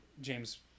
James